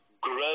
grow